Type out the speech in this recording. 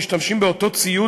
משתמשים באותו ציוד,